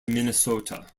minnesota